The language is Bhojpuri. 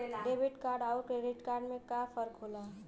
डेबिट कार्ड अउर क्रेडिट कार्ड में का फर्क होला?